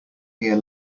here